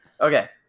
Okay